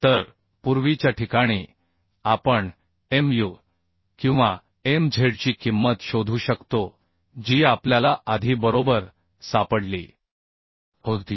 तर पूर्वीच्या ठिकाणी आपण Muकिंवा Mz ची किंमत शोधू शकतो जी आपल्याला आधी बरोबर सापडली होती